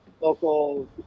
local